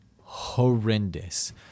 horrendous